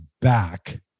back